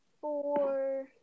four